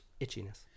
itchiness